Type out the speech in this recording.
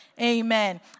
amen